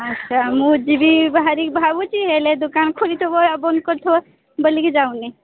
ଆଚ୍ଛା ମୁଁ ଯିବି ବାହାରିକି ଭାବୁଛି ହେଲେ ଦୋକାନ ଖୋଲିଥିବ ୟା ବନ୍ଦ କରିଥିବ ବୋଲିକି ଯାଉନି